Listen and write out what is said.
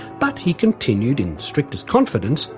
but, he continued, in strictest confidence,